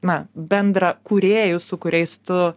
na bendrąkūrėjų su kuriais tu